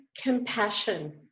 Compassion